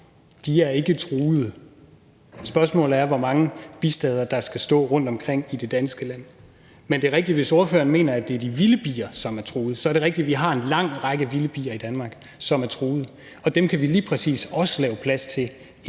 De er ikke truet. Spørgsmålet er, hvor mange bistader der skal stå rundtomkring i det danske land. Men det er rigtigt, altså hvis ordføreren mener, at det er de vilde bier, som er truet, så er det rigtigt, at vi har en lang række vilde bier i Danmark, som er truet, og dem kan vi lige præcis også lave plads til i